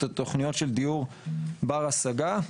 את התוכניות של דיור בר השגה.